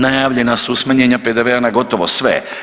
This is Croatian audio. Najavljena su smanjenja PDV na gotovo sve.